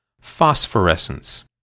phosphorescence